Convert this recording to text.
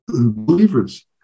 believers